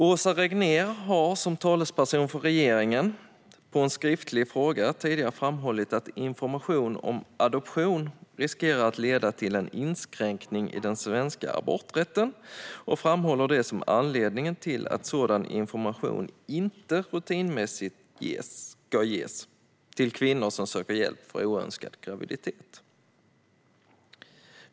Åsa Regnér har, som talesperson för regeringen, på en skriftlig fråga tidigare framhållit att information om adoption riskerar att leda till en inskränkning i den svenska aborträtten och framhållit detta som anledning till att sådan information inte rutinmässigt ska ges till kvinnor som söker hjälp för oönskad graviditet.